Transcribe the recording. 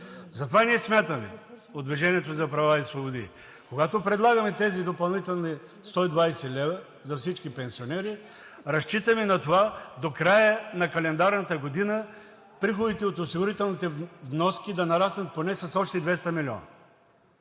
Затова ние смятаме – от „Движение за права и свободи“, когато предлагаме тези допълнителни 120 лв. за всички пенсионери, разчитаме на това до края на календарната година приходите от осигурителните вноски да нараснат поне с още 200 милиона.